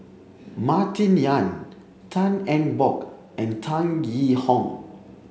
Martin Yan Tan Eng Bock and Tan Yee Hong